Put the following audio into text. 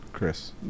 Chris